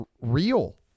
real